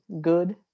good